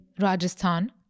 Rajasthan